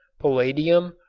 palladium,